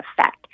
effect